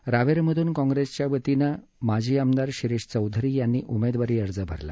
तर रावेरमधून काँप्रेसतर्फे माजी आमदार शिरीष चौधरी यांनी उमेदवारी अर्ज भरला